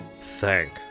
Thank